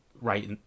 right